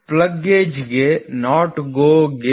plug ಗೇಜ್ಗೆ NOT GO ಮಿತಿ 40